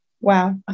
Wow